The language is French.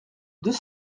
deux